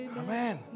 amen